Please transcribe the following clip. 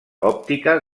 òptica